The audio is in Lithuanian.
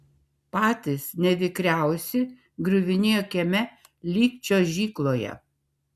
patys nevikriausi griuvinėjo kieme lyg čiuožykloje